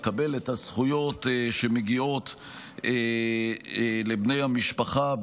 לקבל את הזכויות שמגיעות לבני המשפחה,